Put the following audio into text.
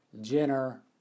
Jenner